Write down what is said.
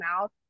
mouth